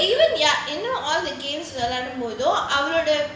even even ya இன்னும்:innum all the games வெளையாடும் போதும்:velayadum podhum